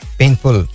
painful